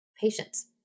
patience